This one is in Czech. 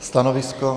Stanovisko?